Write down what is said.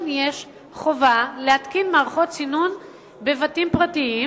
יש חובה להתקין מערכות סינון בבתים פרטיים,